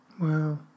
Wow